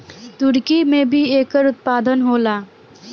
तुर्की में भी एकर उत्पादन होला